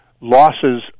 losses